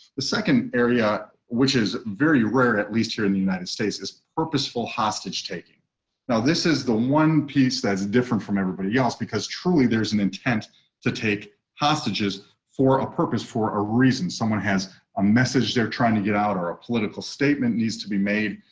the second area which is very rare. at least here in the united states is purposeful hostage taking scott tillema now this is the one piece that's different from everybody else. because truly there's an intent to take hostages for a purpose for a reason. someone has a message they're trying to get out or a political statement needs to be made.